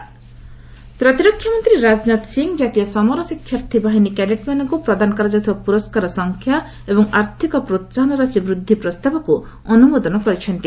Rajnath NCC ପ୍ରତିରକ୍ଷାମନ୍ତ୍ରୀ ରାଜନାଥ ସିଂ ଜାତୀୟ ସମର ଶିକ୍ଷାର୍ଥୀବାହିନୀ ଏନସିସି କ୍ୟାଡେଟମାନଙ୍କୁ ପ୍ରଦାନ କରାଯାଉଥିବା ପୁରସ୍କାର ସଂଖ୍ୟା ଏବଂ ଆର୍ଥକ ପ୍ରୋହାହନ ରାଶି ବୃଦ୍ଧି ପ୍ରସ୍ତାବକୁ ଅନୁମୋଦନ କରିଛନ୍ତି